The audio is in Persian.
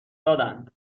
دادند